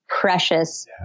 Precious